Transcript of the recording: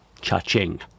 Cha-ching